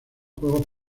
juegos